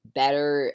better